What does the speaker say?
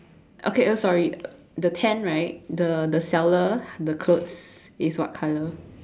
okay oh sorry the tent right the the seller the clothes is what colour